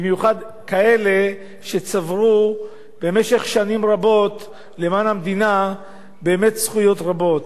במיוחד כאלה שבמשך שנים רבות עשו למען המדינה וצברו באמת זכויות רבות,